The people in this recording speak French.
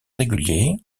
régulier